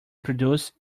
produce